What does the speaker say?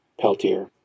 Peltier